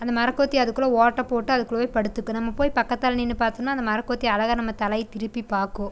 அந்த மரங்கொத்தி அதுக்குள்ளே ஓட்டை போட்டு அதுக்குள்ளே போய் படுத்துக்கும் நம்ம போய் பக்கத்தில் நின்று பாத்தோம்னா அந்த மரங்கொத்தி அழகாக நம்மை தலையை திருப்பிப் பார்க்கும்